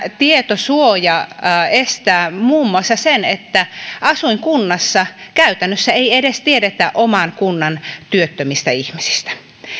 tietosuoja estää muun muassa sen että asuinkunnassa käytännössä ei edes tiedetä oman kunnan työttömistä ihmisistä